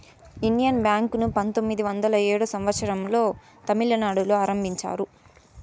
Indian Bank ను పంతొమ్మిది వందల ఏడో సంవచ్చరం లో తమిళనాడులో ఆరంభించారు